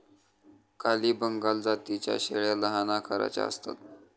काली बंगाल जातीच्या शेळ्या लहान आकाराच्या असतात